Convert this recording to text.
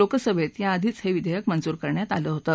लोकसभेत याआधीच हे विधेयक मंजूर करण्यात आलं होतं